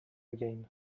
again